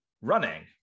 running